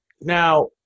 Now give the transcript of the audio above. Now